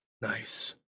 Nice